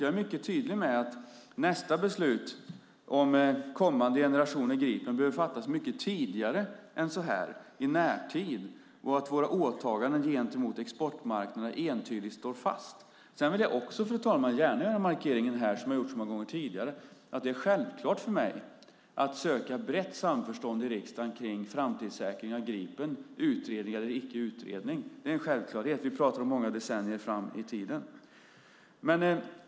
Jag är mycket tydlig med att nästa beslut om kommande generationer Gripen behöver fattas mycket tidigare än så här, i närtid, och att våra åtaganden gentemot exportmarknaden entydigt står fast. Sedan vill jag också, fru talman, gärna göra markeringen här, som jag har gjort så många gånger tidigare, att det är självklart för mig att söka brett samförstånd i riksdagen kring framtidssäkringen av Gripen, utredning eller icke utredning. Det är en självklarhet. Vi pratar om många decennier fram i tiden.